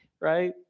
right